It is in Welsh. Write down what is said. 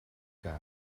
gar